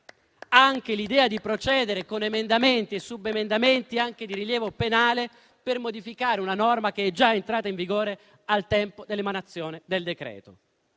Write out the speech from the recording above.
altresì l'idea di procedere con emendamenti e subemendamenti, anche di rilievo penale, per modificare una norma che è già entrata in vigore al tempo dell'emanazione del decreto.